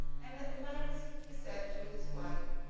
and at last he said to his wife